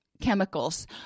chemicals